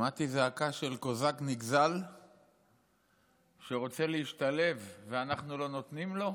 שמעתי זעקה של קוזק נגזל שרוצה להשתלב ואנחנו לא נותנים לו?